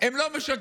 הם לא משקרים.